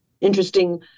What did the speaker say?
interesting